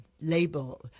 label